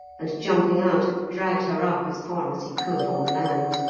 and, jumping out, dragged her up as far as he could on the land.